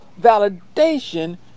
validation